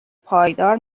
پایدار